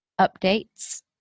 updates